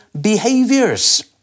behaviors